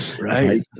Right